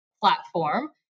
platform